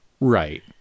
Right